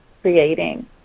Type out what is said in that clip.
creating